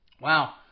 wow